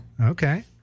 Okay